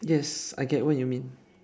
yes I get what you mean